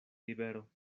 libero